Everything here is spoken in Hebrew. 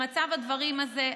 במצב הדברים הזה,